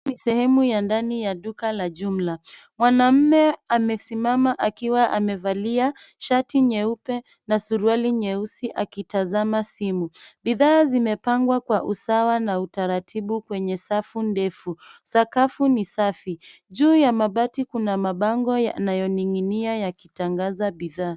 Ni sehemu ya ndani ya duka la jumla. Mwanamume amesimama akiwa amevalia shati nyeupe, na suruali nyeusi akitazama simu. Bidhaa zimepangwa kwa usawa na utaratibu kwenye safu ndefu. Sakafu ni safi. Juu ya mabati kuna mabango yanayoning'inia yakitangaza bidhaa.